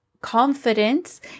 confidence